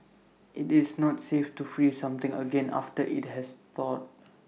IT is not safe to freeze something again after IT has thawed